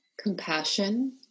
compassion